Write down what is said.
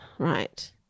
right